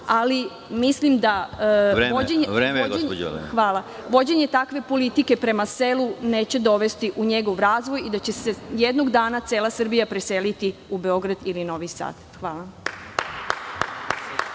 ali mislim da vođenje takve politike prema selu neće dovesti u njegov razvoj i da će se jednog dana cela Srbija preseliti u Beograd ili Novi Sad. Hvala.